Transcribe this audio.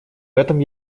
этом